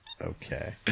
Okay